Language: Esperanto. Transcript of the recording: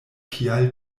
kial